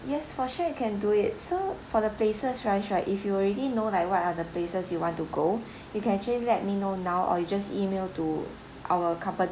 yes for sure you can do it so for the places price right if you already know like what are the places you want to go you can actually let me know now or you just email to our company